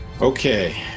Okay